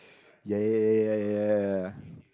ya ya ya ya ya ya ya